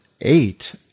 eight